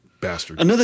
Bastard